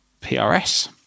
PRS